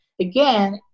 again